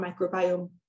microbiome